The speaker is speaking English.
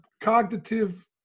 cognitive